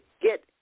get